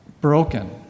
broken